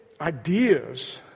ideas